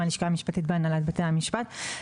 מהלשכה המשפטית מהנהלת בתי המשפט.